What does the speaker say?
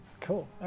Cool